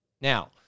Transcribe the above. Now